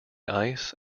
ice